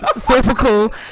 physical